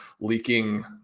leaking